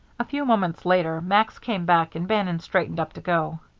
a few moments later max came back and bannon straightened up to go.